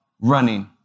running